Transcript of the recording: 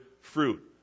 fruit